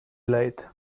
late